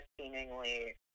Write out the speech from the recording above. seemingly